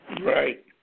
right